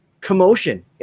commotion